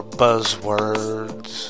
buzzwords